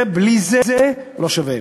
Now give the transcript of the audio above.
זה בלי זה לא שווה.